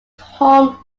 home